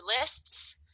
lists